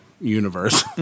universe